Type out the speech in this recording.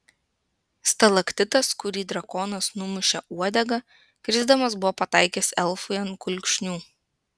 stalaktitas kurį drakonas numušė uodega krisdamas buvo pataikęs elfui ant kulkšnių